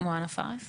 שמר מוהנא פארס,